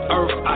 earth